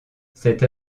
cette